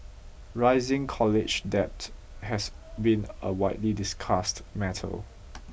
rising college debt has been a widely discussed matter